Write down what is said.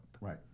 Right